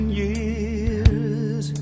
years